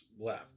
left